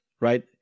right